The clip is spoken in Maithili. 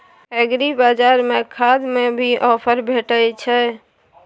एग्रीबाजार में खाद में भी ऑफर भेटय छैय?